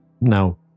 Now